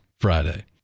Friday